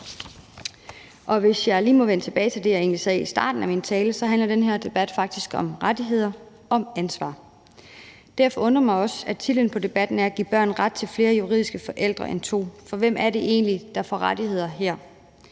hvis jeg lige må vende tilbage til det, jeg egentlig sagde i starten af min tale, vil jeg sige, at den her debat faktisk handler om rettigheder, om ansvar. Derfor undrer det mig også, at titlen på forespørgslen er at give børn ret til flere juridiske forældre end to. For hvem er det egentlig, der får rettigheder med